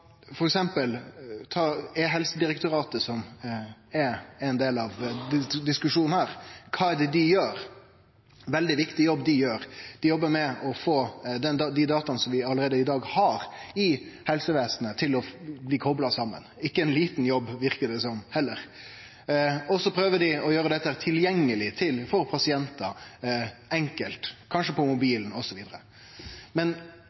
Ta f.eks. Direktoratet for e-helse som er ein del av diskusjonen. Kva er det dei gjer? Det er ein veldig viktig jobb dei gjer, dei jobbar med å få dataene vi allereie i dag har i helsevesenet, til å bli kopla saman. Det er ikkje ein liten jobb heller, verkar det som. Og så prøver dei å gjere dette enkelt tilgjengeleg for pasientar, kanskje på mobilen osv. Men